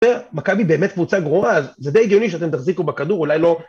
מכבי באמת קבוצה גרועה אז זה די הגיוני שאתם תחזיקו בכדור אולי לא